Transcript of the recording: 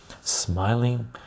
Smiling